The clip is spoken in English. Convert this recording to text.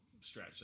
stretch